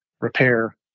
repair